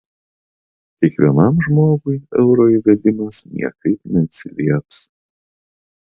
kiekvienam žmogui euro įvedimas niekaip neatsilieps